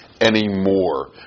anymore